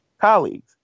colleagues